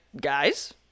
guys